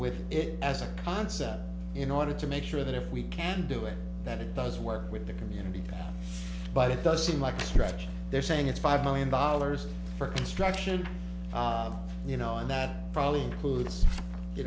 with it as a concept in order to make sure that if we can do it that it does work with the community but it does seem like a stretch they're saying it's five million dollars for construction you know and that probably could say you